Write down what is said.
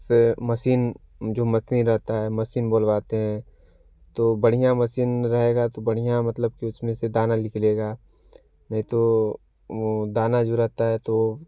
से मसीन जो मसीन रहता है मसीन बोलवाते हैं तो बढ़िया मसीन रहेगा तो बढ़िया मतलब कि उसमें से दाना निकलेगा नहीं तो दाना जो रहता है तो